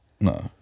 No